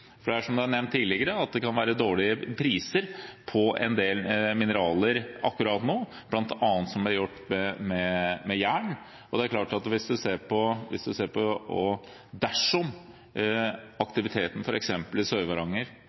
slutt. Det kan, som det er nevnt tidligere, være dårlige priser på en del mineraler akkurat nå, bl.a. som det har vært på jern. Og man må se på, dersom aktiviteten f.eks. i